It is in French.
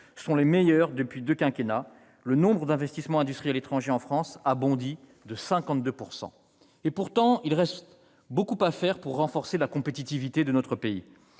sont les meilleurs depuis deux quinquennats : le nombre d'investissements industriels étrangers en France a bondi de 52 %. Pourtant, il reste beaucoup à faire pour renforcer la compétitivité de notre pays.